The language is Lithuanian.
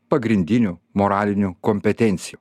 pagrindinių moralinių kompetencijų